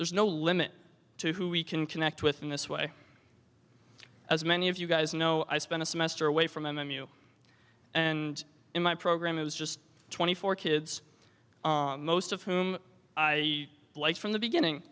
there's no limit to who we can connect with in this way as many of you guys know i spent a semester away from m m u and in my program it was just twenty four kids most of whom i like from the beginning